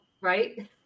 right